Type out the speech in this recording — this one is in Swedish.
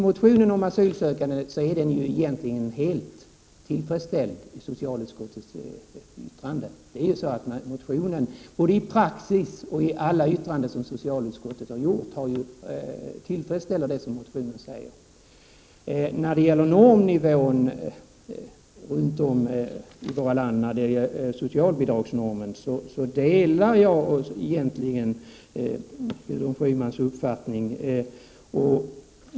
Motionen om asylsökande är egentligen helt tillfredsställd i och med so cialutskottets yttrande. Både praxis och alla yttranden som socialutskottet har gjort tillfredsställer det som motionen önskar. När det gäller socialbidragsnormnivån i olika delar av landet delar jag egentligen Gudrun Schymans uppfattning.